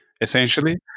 essentially